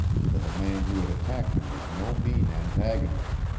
for the man who had attacked him was no mean antagonist.